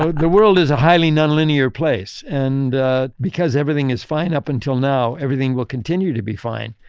so the world is a highly nonlinear place. and because everything is fine up until now, everything will continue to be fine,